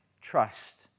trust